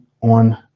on